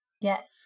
Yes